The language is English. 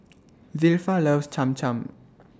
Zilpha loves Cham Cham